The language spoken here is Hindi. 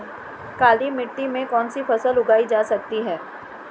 काली मिट्टी में कौनसी फसल उगाई जा सकती है?